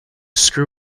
screw